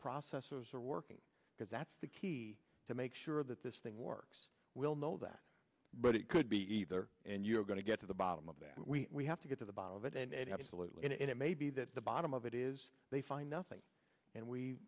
processes are working because that's the key to make sure that this thing works we'll know that but it could be either and you're going to get to the bottom of that we have to get to the bottom of it and absolutely and it may be that the bottom of it is they find nothing and we